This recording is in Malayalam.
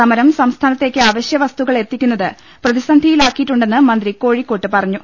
സമരം സംസ്ഥാനത്തേക്ക് അവശ്യ വസ്തുക്കൾ എത്തിക്കുന്നത് പ്രതസന്ധിയിലാക്കിയിട്ടുണ്ടെന്ന് മന്ത്രി കോഴിക്കോട് പറഞ്ഞു